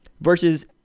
versus